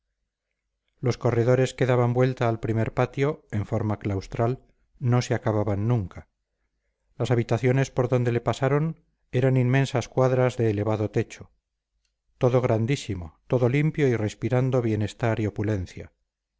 los corredores que daban vuelta al primer patio en forma claustral no se acababan nunca las habitaciones por donde le pasaron eran inmensas cuadras de elevado techo todo grandísimo todo limpio y respirando bienestar y opulencia